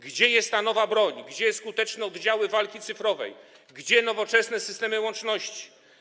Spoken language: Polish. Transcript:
Gdzie jest ta nowa broń, gdzie skuteczne oddziały walki cyfrowej, gdzie nowoczesne systemy łączności?